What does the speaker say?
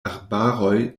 arbaroj